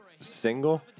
single